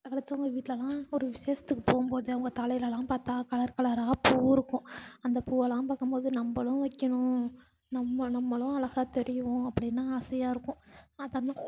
அடுத்தவங்க வீட்லெலாம் ஒரு விசேஷத்துக்கு போகும்போது அவங்க தலைலெலாம் பார்த்தா கலர் கலராக பூ இருக்கும் அந்த பூவெல்லாம் பார்க்கும்போது நம்மளும் வைக்கணும் நம்ம நம்மளும் அழகா தெரிவோம் அப்படின்னு ஆசையாக இருக்கும்